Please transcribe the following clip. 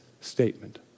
statement